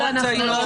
לא, לא.